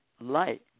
light